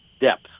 depth